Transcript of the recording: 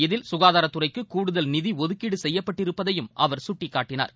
இதில் சுகாதாரத்துறைக்கு கூடுதல் நிதி ஒதுக்கீடு செய்யப்பட்டிருப்பதையும் அவர் சுட்டிக்காட்டினார்